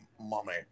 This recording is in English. mommy